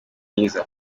myiza